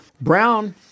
Brown